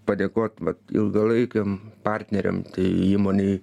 padėkot ilgalaikiam partneriam tai įmonei